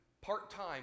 part-time